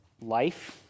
Life